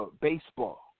baseball